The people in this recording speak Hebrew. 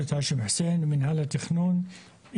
מנהל התכנון,